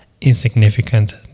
insignificant